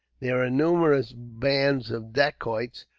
there are numerous bands of dacoits,